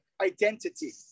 identity